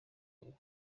noheli